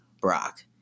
Brock